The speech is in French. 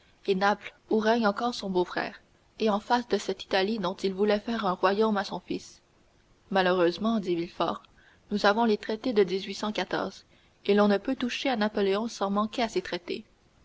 naples où règne encore son beau-frère et en face de cette italie dont il voulait faire un royaume à son fils malheureusement dit villefort nous avons les traités de et l'on ne peut toucher à napoléon sans manquer à ces traités